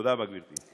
תודה רבה, גברתי.